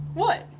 what?